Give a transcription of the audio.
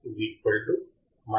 4 వోల్ట్లు ఉంటాయి